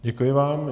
Děkuji vám.